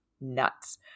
nuts